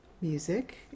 music